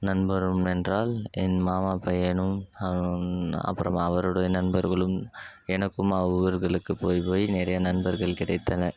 நண்பரும் என்றால் என் மாமா பையனும் அப்புறம் அவருடைய நண்பர்களும் எனக்கும் அவ்வூர்களுக்குப் போய் போய் நிறைய நண்பர்கள் கிடைத்தனர்